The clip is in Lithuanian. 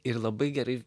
ir labai gerai